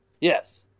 Yes